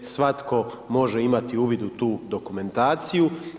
Svatko može imati uvid u tu dokumentaciju.